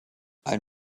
ein